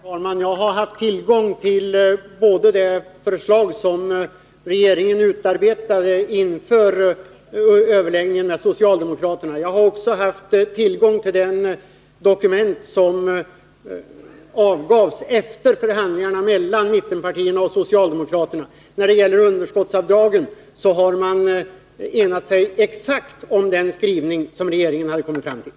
Herr talman! Jag har haft tillgång till både det förslag som regeringen utarbetade inför överläggningen med socialdemokraterna och det dokument som avgavs efter förhandlingarna mellan mittenpartierna och socialdemokraterna. När det gäller underskottsavdragen har man enat sig exakt om den skrivning som regeringen hade kommit fram till.